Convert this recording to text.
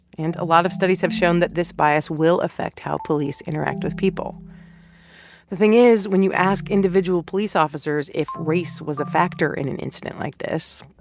and a lot of studies have shown that this bias will affect how police interact with people the thing is, when you ask individual police officers if race was a factor in an incident like this,